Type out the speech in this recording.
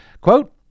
quote